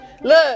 look